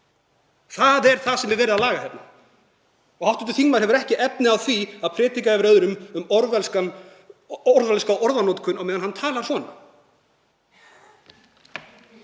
Það er það sem er verið að laga hér. Hv. þingmaður hefur ekki efni á að predika yfir öðrum um orwellska orðanotkun meðan hann talar svona.